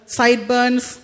sideburns